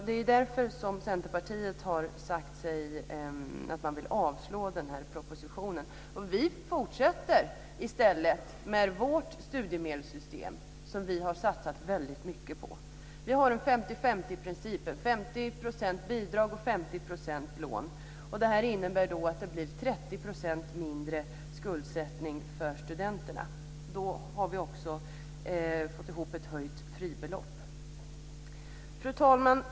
Det är därför som vi i Centerpartiet har sagt att vi vill avslå propositionen. Vi fortsätter i stället med vårt studiemedelssystem, som vi har satsat väldigt mycket på. Vi har en 50-50-princip: 50 % bidrag och 50 % lån. Det innebär att det blir 30 % mindre skuldsättning för studenterna. Då har vi också fått ihop ett höjt fribelopp. Fru talman!